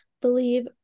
believe